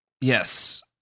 Yes